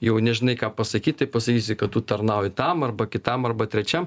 jau nežinai ką pasakyt tai pasakysi kad tu tarnauji tam arba kitam arba trečiam